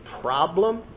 problem